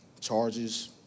charges